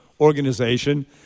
organization